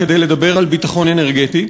כדי לדבר על ביטחון אנרגטי,